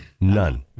None